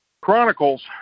Chronicles